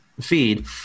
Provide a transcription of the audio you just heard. feed